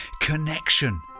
connection